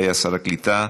שהיה שר הקליטה,